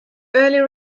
early